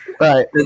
Right